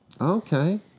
Okay